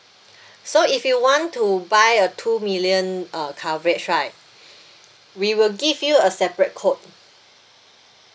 so if you want to buy a two million uh coverage right we will give you a separate quote